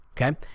Okay